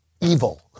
evil